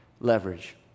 leverage